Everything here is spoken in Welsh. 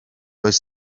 oes